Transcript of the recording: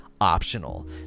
optional